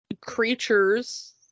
creatures